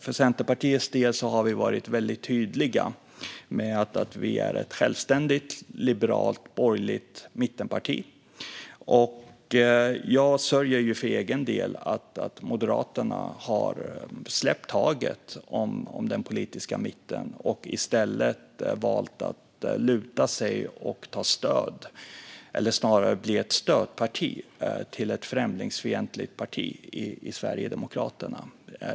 För Centerpartiets del har vi varit väldigt tydliga med att vi är ett självständigt, liberalt och borgerligt mittenparti. Jag sörjer för egen del att Moderaterna har släppt taget om den politiska mitten och i stället valt att luta sig mot och ta stöd av, eller snarare bli ett stödparti till, det främlingsfientliga partiet Sverigedemokraterna.